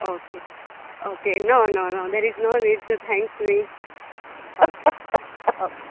okay okay no no no there is no need to thanks me okay okay